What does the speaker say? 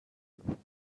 reading